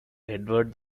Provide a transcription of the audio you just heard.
edward